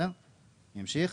אני אמשיך.